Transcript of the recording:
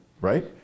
right